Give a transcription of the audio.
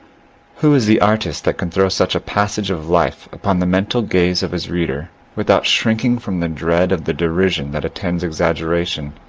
who is the artist that can throw such a passage of life upon the mental gaze of his reader without shrinking from the dread of the derision that attends exaggeration?